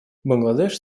бангладеш